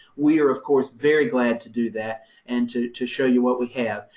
we are, of course, very glad to do that and to to show you what we have.